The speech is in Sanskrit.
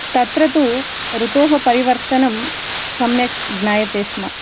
तत्र तु ऋतोः परिवर्तनं सम्यक् ज्ञायते स्म